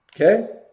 okay